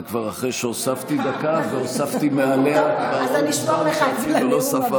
זה כבר אחרי שהוספתי דקה והוספתי עליה ולא ספרתי.